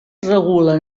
regulen